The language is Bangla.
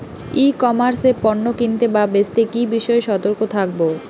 ই কমার্স এ পণ্য কিনতে বা বেচতে কি বিষয়ে সতর্ক থাকব?